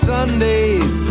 Sundays